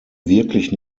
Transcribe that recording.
wirklich